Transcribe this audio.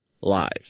live